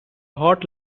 hot